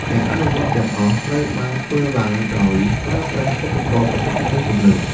ការអនុវត្តទាំងអស់ត្រូវបានធ្វើឡើងដោយប្រើប្រាស់ឧបករណ៍បច្ចេកទេសទំនើប។